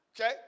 Okay